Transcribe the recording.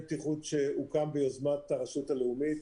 מטה בטיחות שהוקם ביוזמת הרשות הלאומית